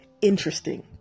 interesting